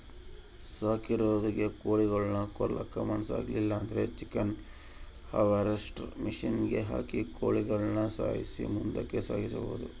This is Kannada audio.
ಸಾಕಿದೊರಿಗೆ ಕೋಳಿಗುಳ್ನ ಕೊಲ್ಲಕ ಮನಸಾಗ್ಲಿಲ್ಲುದ್ರ ಚಿಕನ್ ಹಾರ್ವೆಸ್ಟ್ರ್ ಮಷಿನಿಗೆ ಹಾಕಿ ಕೋಳಿಗುಳ್ನ ಸಾಯ್ಸಿ ಮುಂದುಕ ಸಾಗಿಸಬೊದು